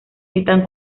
están